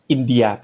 India